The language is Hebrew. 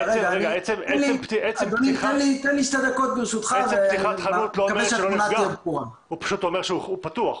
הוא פשוט אומר שהוא פתוח.